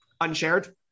unshared